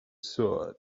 sword